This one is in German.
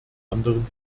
anderen